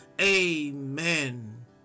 Amen